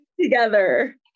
together